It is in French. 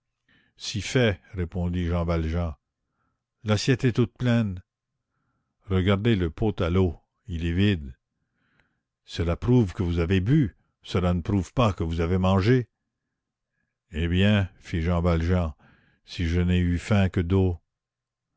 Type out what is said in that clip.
si fait répondit jean valjean l'assiette est toute pleine regardez le pot à l'eau il est vide cela prouve que vous avez bu cela ne prouve pas que vous avez mangé eh bien fît jean valjean si je n'ai eu faim que d'eau